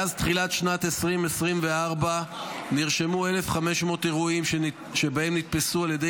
מאז תחילת שנת 2024 נרשמו 1,501 אירועים שבהם נתפסו על ידי